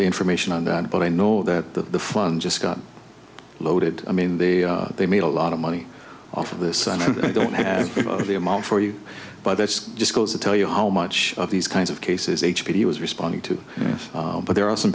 the information on that but i know that the fund just got loaded i mean they they made a lot of money off of this and i don't have the amount for you but this just goes to tell you how much of these kinds of cases h p was responding to but there are some